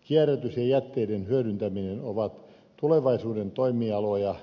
kierrätys ja jätteiden hyödyntäminen ovat tulevaisuuden toimialoja